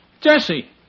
Jesse